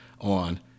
on